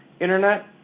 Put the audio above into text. Internet